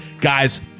Guys